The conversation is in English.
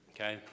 Okay